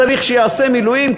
צריך שיעשה מילואים,